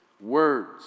words